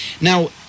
Now